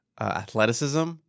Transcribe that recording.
athleticism